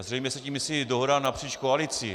Zřejmě se tím myslí dohoda napříč koalicí.